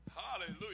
Hallelujah